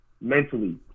mentally